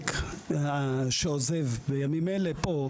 אופק שעוזב בימים אלה נמצא פה.